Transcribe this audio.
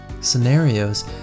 scenarios